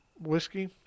whiskey